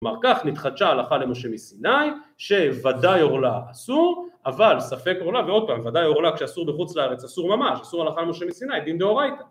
כלומר כך נתחדשה הלכה למשה מסיני, שוודאי עורלה אסור, אבל ספק עורלה, ועוד פעם, וודאי עורלה כשאסור בחוץ לארץ אסור ממש, אסור הלכה למשה מסיני, דין דאורייתא.